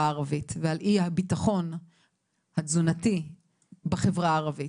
הערבית ועל אי-הביטחון התזונתי בחברה הערבית,